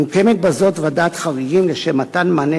1. מוקמת בזאת ועדת חריגים לשם מתן מענה